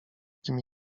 kim